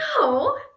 no